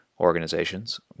Organizations